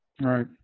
Right